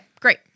Great